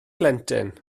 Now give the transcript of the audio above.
blentyn